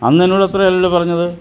അന്നെന്നോട് അത്ര അല്ലല്ലോ പറഞ്ഞത്